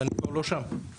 ואני כבר לא שם.